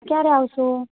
ક્યારે આવશો